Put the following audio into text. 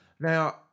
now